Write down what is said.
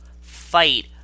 fight